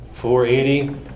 480